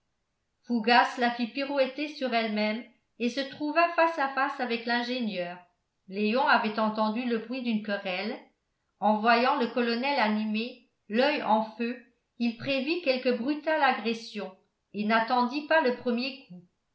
fougas la fit pirouetter sur elle-même et se trouva face à face avec l'ingénieur léon avait entendu le bruit d'une querelle en voyant le colonel animé l'oeil en feu il prévit quelque brutale agression et n'attendit pas le premier coup